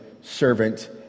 servant